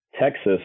Texas